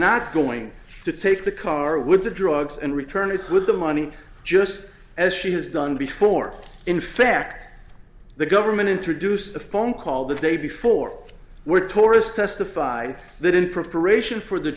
not going to take the car with the drugs and return it with the money just as she has done before in fact the government introduced a phone call the day before were tourist testified that in preparation for the